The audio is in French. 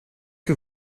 que